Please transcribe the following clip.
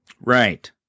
Right